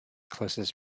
closest